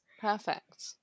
Perfect